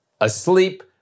asleep